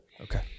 Okay